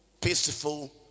peaceful